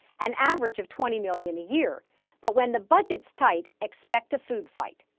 an average of twenty million a year but when the budget's tight, expect a food fight.